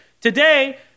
Today